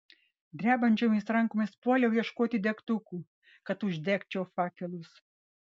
drebančiomis rankomis puoliau ieškoti degtukų kad uždegčiau fakelus